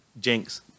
Jinx